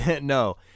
No